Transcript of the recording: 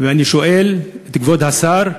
ואני שואל את כבוד השר: